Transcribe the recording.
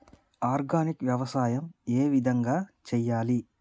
Organic వ్యవసాయం ఏ విధంగా చేయాలి?